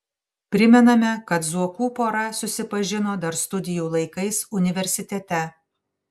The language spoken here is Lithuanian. primename kad zuokų pora susipažino dar studijų laikais universitete